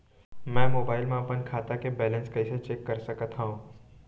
मैं मोबाइल मा अपन खाता के बैलेन्स कइसे चेक कर सकत हव?